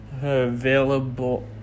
available